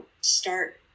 start